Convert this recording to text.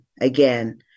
again